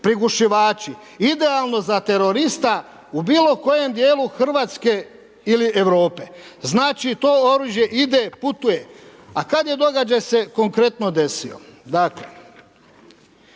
prigušivači idealno za terorista u bilo kojem dijelu Hrvatske ili Europe.“ Znači to oružje ide, putuje. A kad je događaj se konkretno desio?